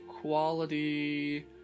quality